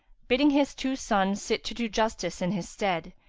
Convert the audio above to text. bidding his two sons sit to do justice in his stead,